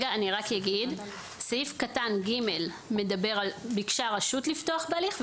אני אומר שסעיף קטן (ג) מדבר על ביקשה הרשות לפתוח בהליך,